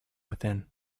within